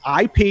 IP